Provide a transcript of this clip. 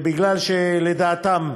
ומפני שלדעתם